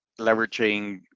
leveraging